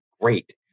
great